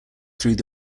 through